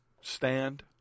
stand